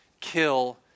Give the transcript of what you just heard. kill